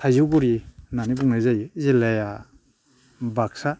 थाइजौगुरि होननानै बुंनाय जायो जिल्लाया बाक्सा